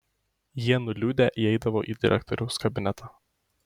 jie nuliūdę įeidavo į direktoriaus kabinetą